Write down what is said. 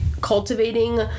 cultivating